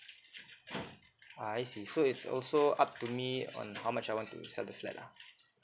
ah I see so it's also up to me on how much I want to sell the flat lah